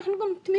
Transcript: אנחנו גם תמימים,